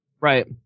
Right